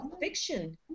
fiction